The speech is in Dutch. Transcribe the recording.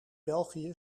belgië